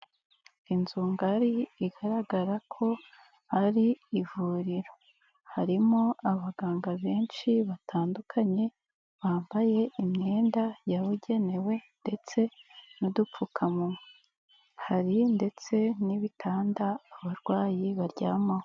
Inzu ngari igaragara ko ari ivuriro. Harimo abaganga benshi batandukanye bambaye imyenda yabugenewe ndetse n'udupfukamunwa. Hari ndetse n'ibitanda abarwayi baryamaho.